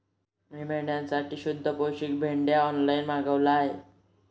मी मेंढ्यांसाठी शुद्ध पौष्टिक पेंढा ऑनलाईन मागवला आहे